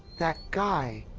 that guy.